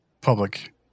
public